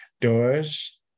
doors